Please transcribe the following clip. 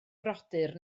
brodyr